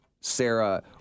Sarah